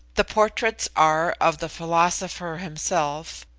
the portraits are of the philosopher himself,